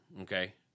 okay